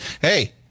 hey